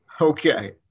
Okay